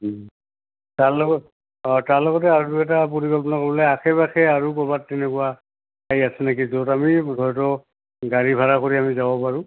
তাৰ লগত অ তাৰ লগতে আৰু এটা পৰিকল্পনা ক'লে আশে পাশে আৰু ক'ৰবাত তেনেকুৱা ঠাই আছে নেকি য'ত আমি হয়তো গাড়ী ভাড়া কৰি আমি যাব পাৰোঁ